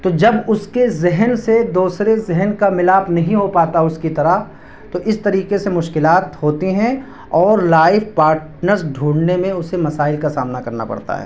تو جب اس کے ذہن سے دوسرے ذہن کا ملاپ نہیں ہو پاتا اس کی طرح تو اس طریقے سے مشکلات ہوتی ہیں اور لائف پاٹنرز ڈھونڈنے میں اسے مسائل کا سامنا کرنا پڑتا ہے